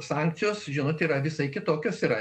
sankcijos žinot yra visai kitokios yra